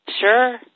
Sure